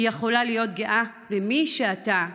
היא יכולה להיות גאה במי שאתה,